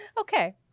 Okay